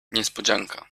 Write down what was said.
niespodzianka